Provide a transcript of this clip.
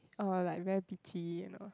uh like very bitchy you know